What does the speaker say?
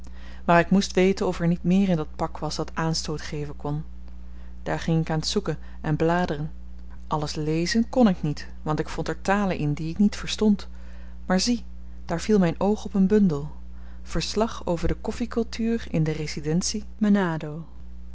maar ik moest weten of er niet meer in dat pak was dat aanstoot geven kon daar ging ik aan t zoeken en bladeren alles lezen kon ik niet want ik vond er talen in die ik niet verstond maar zie daar viel myn oog op een bundel verslag over de koffikultuur in de residentie